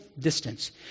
distance